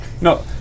no